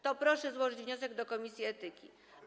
To proszę złożyć wniosek do komisji etyki.